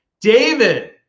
David